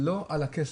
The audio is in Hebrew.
אבל לא על הכסף,